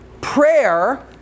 prayer